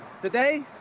today